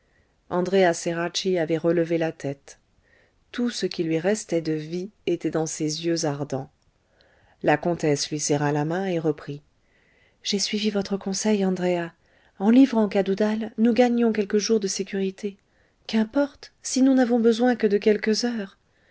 ceracchi avait relevé la tête tout ce qui lui restait de vie était dans ses yeux ardents la comtesse lui serra la main et reprit j'ai suivi votre conseil andréa en livrant cadoudal nous gagnions quelques jours de sécurité qu'importe si nous n'avons besoin que de quelques heures